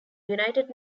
united